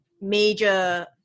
major